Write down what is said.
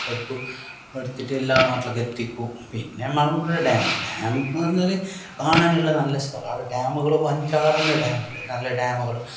എടുക്കും എടുത്തിട്ട് എല്ലാ നാട്ടിലേക്ക് എത്തിക്കും പിന്നെ മലമ്പുഴ ഡാം ഡാം എന്നു പറഞ്ഞാൽ കാണാനുള്ള നല്ല സ്ഥലമാണ് ആടേ ഡാമുകൾ അഞ്ചാറെണ്ണം ഡാമുണ്ട് നല്ല ഡാമുകൾ